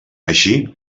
així